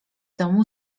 domu